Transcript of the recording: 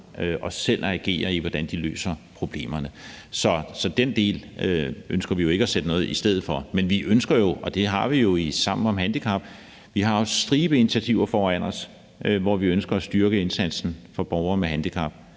forhold til hvordan de løser problemerne. Så den del ønsker vi ikke at sætte noget i stedet for, men vi har jo i Sammen om handicap en stribe initiativer foran os, hvor vi ønsker at styrke indsatsen for borgere med handicap,